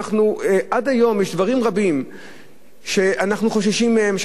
עד היום יש דברים שאנחנו חוששים מהם,